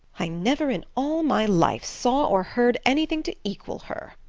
i never in all my life saw or heard anything to equal her,